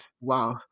Wow